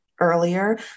earlier